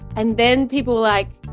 and then people like.